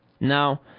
Now